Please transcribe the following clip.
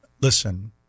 listen